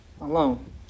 alone